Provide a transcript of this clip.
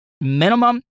minimum